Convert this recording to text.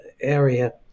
area